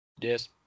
Yes